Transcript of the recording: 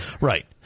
Right